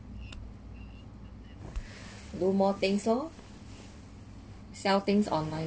no more things oh sell things online